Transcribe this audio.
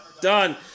Done